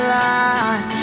line